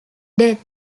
death